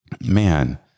man